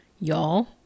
y'all